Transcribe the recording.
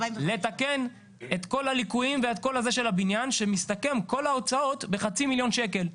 לתקן את כל הליקויים שמסתכם כל ההוצאות בחצי מיליון שקל.